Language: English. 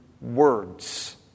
words